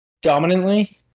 Dominantly